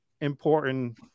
important